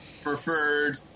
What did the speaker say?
preferred